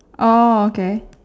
oh okay